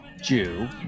jew